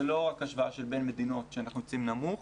זה לא רק השוואה בין מדינות שאנחנו יוצאים נמוך,